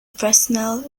fresnel